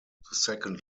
second